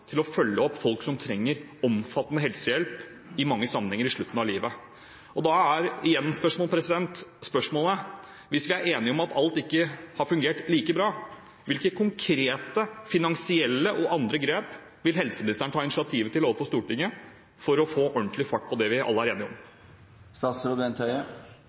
til å følge opp folk som trenger omfattende helsehjelp, i mange sammenhenger på slutten av livet. Da er igjen spørsmålet: Hvis vi er enige om at alt ikke har fungert like bra, hvilke konkrete finansielle – og andre – grep vil helseministeren ta initiativ til overfor Stortinget for å få ordentlig fart på det vi alle er enige om?